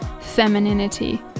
femininity